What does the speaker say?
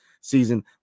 season